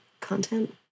content